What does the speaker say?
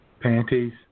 Panties